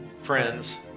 friends